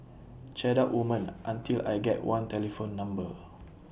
chat up woman until I get one telephone number